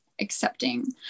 accepting